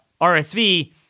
RSV